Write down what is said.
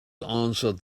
answered